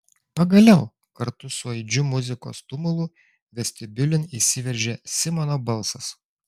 pagaliau kartu su aidžiu muzikos tumulu vestibiulin įsiveržė simono balsas